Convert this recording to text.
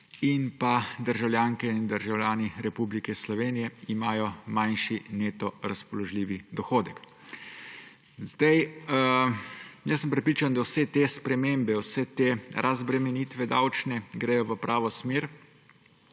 in pa državljanke in državljani Republike Slovenije imajo manjši neto razpoložljivi dohodek. Prepričan sem, da vse te spremembe vse te razbremenitve davčne gredo v pravo smer.